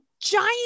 giant